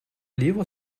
livre